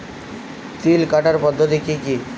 তিল কাটার পদ্ধতি কি কি?